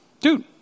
dude